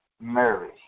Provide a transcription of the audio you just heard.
Mary